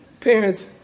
Parents